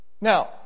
Now